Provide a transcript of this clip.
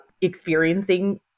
experiencing